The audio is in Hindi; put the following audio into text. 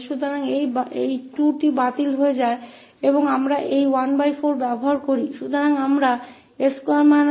तो यह 2 रद्द हो जाता है और हम इसे लेते हैं 14 सामान्य